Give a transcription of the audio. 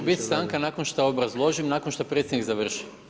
Može biti stanka nakon što obrazložim, nakon što predsjednik završi?